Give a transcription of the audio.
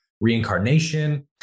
reincarnation